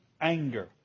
anger